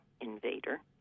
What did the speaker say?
invader